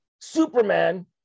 Superman